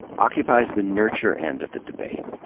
occupies the nurture end of the debate.